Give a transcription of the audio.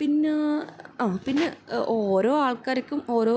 പിന്നെ ആ പിന്നെ ഓരോ ആൾക്കാർക്കും ഓരോ